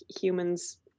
humans